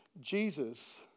Jesus